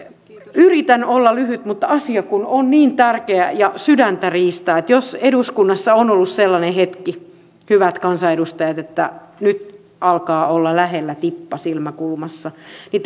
yritän olla lyhyt mutta kun asia on niin tärkeä ja sydäntä riistää jos eduskunnassa on ollut sellainen hetki hyvät kansanedustajat että alkaa olla lähellä tippa silmäkulmassa niin